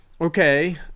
okay